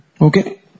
Okay